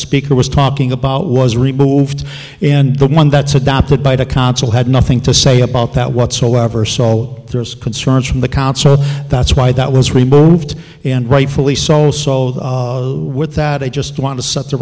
speaker was talking about was removed and the one that's adopted by the council had nothing to say about that whatsoever so there is concern from the concert that's why that was removed and rightfully so sold that i just want to set the